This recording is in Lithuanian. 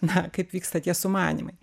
na kaip vyksta tie sumanymai